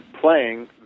playing